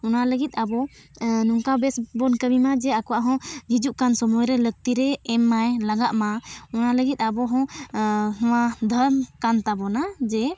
ᱚᱱᱟ ᱞᱟᱹᱜᱤᱫ ᱟᱵᱚ ᱱᱚᱝᱠᱟ ᱵᱮᱥ ᱵᱚᱱ ᱠᱟᱹᱢᱤᱢᱟ ᱡᱮ ᱟᱠᱚᱣᱟᱜ ᱦᱚᱸ ᱦᱤᱡᱩᱜ ᱠᱟᱱ ᱥᱚᱢᱚᱭ ᱨᱮ ᱞᱟᱹᱠᱛᱤ ᱨᱮ ᱮᱢ ᱢᱟᱭ ᱞᱟᱜᱟᱜ ᱢᱟᱭ ᱚᱱᱟ ᱞᱟᱹᱜᱤᱫ ᱟᱵᱚ ᱦᱚᱸ ᱱᱚᱣᱟ ᱫᱷᱚᱱ ᱠᱟᱱ ᱛᱟᱵᱚᱱᱟ ᱡᱮ